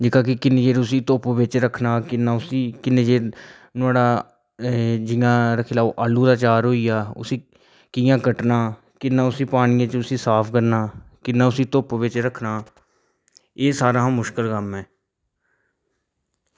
जेह्का कि किन्ने चिर उसी धुप्प बिच रक्खना किन्ना उसी किन्ने चिर नुहाड़ा जियां रक्खी लैओ आलू दा आचार होइया उसी कियां कट्टना आं किन्ना उसी पानियै च उसी साफ करना किन्ना उसी धुप्प बिच रक्खना एह् सारें कशा मुश्कल कम्म ऐ